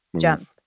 jump